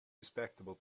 respectable